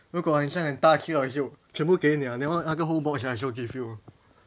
如果你很大只我就全部给你啊 that one 那个 whole box I also give you